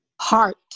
Heart